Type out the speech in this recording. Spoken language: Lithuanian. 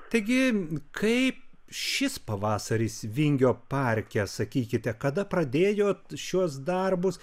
taigi kaip šis pavasaris vingio parke sakykite kada pradėjot šiuos darbus